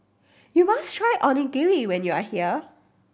you must try Onigiri when you are here